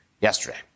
yesterday